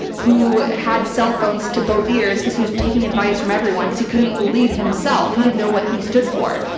who had cell phones to both ears because he was taking advice from everyone because he couldn't lead himself. he didn't know what he stood for.